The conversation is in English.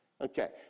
Okay